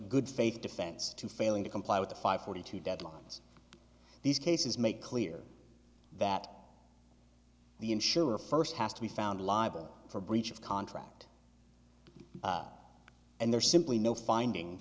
good faith defense to failing to comply with the five forty two deadlines these cases make clear that the insurer first has to be found liable for breach of contract and there's simply no finding